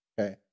Okay